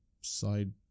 side